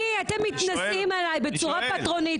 אתם מתנשאים עליי בצורה פטרונית,